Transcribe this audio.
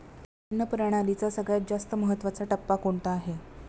अन्न प्रणालीचा सगळ्यात जास्त महत्वाचा टप्पा कोणता आहे?